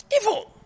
evil